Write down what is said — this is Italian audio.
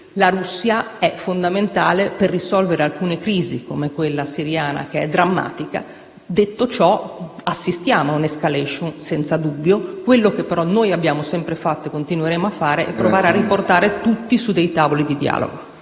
la Russia è fondamentale per risolvere alcune crisi, come quella siriana, che è drammatica. Detto ciò, assistiamo senza dubbio ad una *escalation*. Ciò che però abbiamo sempre fatto e continueremo a fare è provare a riportare tutti su tavoli di dialogo.